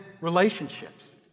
relationships